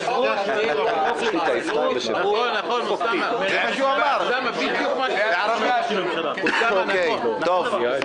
עבד אל חכים חאג' יחיא (רע"ם-בל"ד): החוק הזה לא --- הוא אמר.